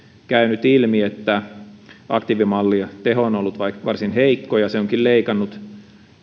käynyt ilmi että aktiivimallin teho on ollut varsin heikko ja se onkin leikannut